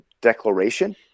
declaration